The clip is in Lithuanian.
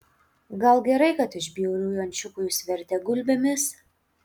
gal gerai kad iš bjauriųjų ančiukų jus vertė gulbėmis